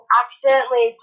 accidentally